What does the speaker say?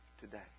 today